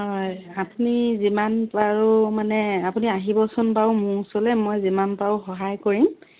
হয় আপুনি যিমান পাৰো মানে আপুনি আহিবচোন বাৰু মোৰ ওচৰলৈ মই যিমান পাৰোঁ সহায় কৰিম